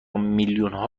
میلیونها